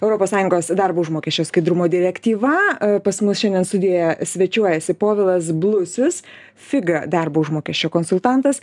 europos sąjungos darbo užmokesčio skaidrumo direktyva pas mus šiandien studijoje svečiuojasi povilas blusius figa darbo užmokesčio konsultantas